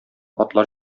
атлар